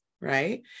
right